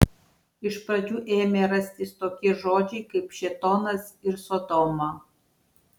iš pradžių ėmė rastis tokie žodžiai kaip šėtonas ir sodoma